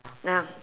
ya